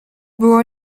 było